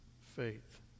faith